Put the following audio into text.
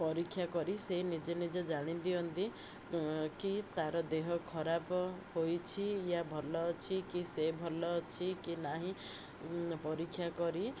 ପରୀକ୍ଷା କରି ସେ ନିଜେ ନିଜେ ଜାଣି ଦିଅନ୍ତି କି ତା'ର ଦେହ ଖରାପ ହୋଇଛି ୟା ଭଲ ଅଛି କି ସେ ଭଲ ଅଛି କି ନାହିଁ ପରୀକ୍ଷା କରି